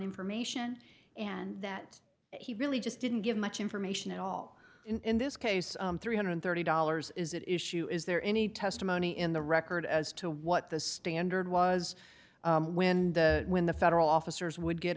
information and that he really just didn't give much information at all in this case three hundred thirty dollars is at issue is there any testimony in the record as to what the standard was when the when the federal officers would get